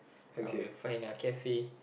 I will find a cafe